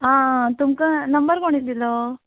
आ तुमकां नंबर कोणे दिलो